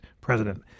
president